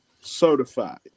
Certified